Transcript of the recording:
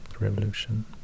Revolution